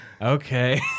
Okay